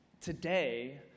today